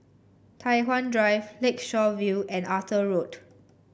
Tai Hwan Drive Lakeshore View and Arthur Road